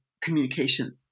communication